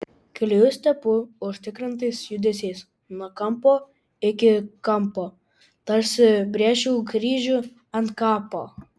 klijus tepu užtikrintais judesiais nuo kampo iki kampo tarsi brėžčiau kryžių ant kapo